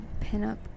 pinup